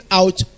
out